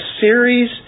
series